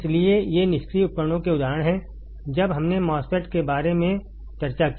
इसलिए ये निष्क्रिय उपकरणों के उदाहरण हैं जब हमने MOSFET के बारे में चर्चा की